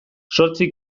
zortzi